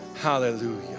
hallelujah